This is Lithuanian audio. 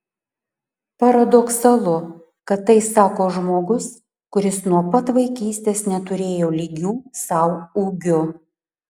paradoksalu kad tai sako žmogus kuris nuo pat vaikystės neturėjo lygių sau ūgiu